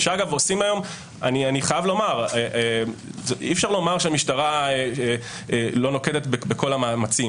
שאי אפשר לומר שהמשטרה לא נוקטת את כל המאמצים.